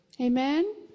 Amen